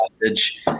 message